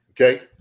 okay